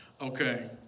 Okay